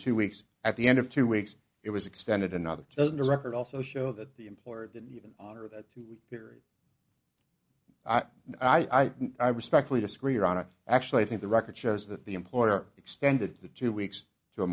two weeks at the end of two weeks it was extended another dozen a record also show that the employer didn't even honor that two week period and i didn't i respectfully disagree around it actually i think the record shows that the employer extended the two weeks to a